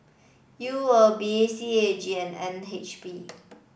U O B C A G and N H B